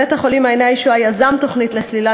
בית-החולים "מעייני הישועה" יזם תוכנית לסלילת